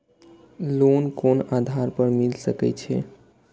Loan कोन आधार पर मिल सके छे?